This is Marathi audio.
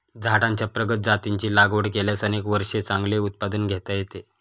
झाडांच्या प्रगत जातींची लागवड केल्यास अनेक वर्षे चांगले उत्पादन घेता येते